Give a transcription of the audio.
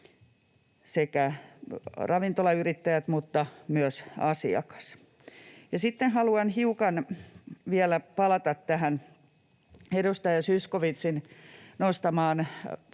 sekä ravintolayrittäjät että myös asiakas. Ja sitten haluan hiukan vielä palata tähän edustaja Zyskowiczin nostamaan